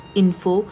info